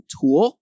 tool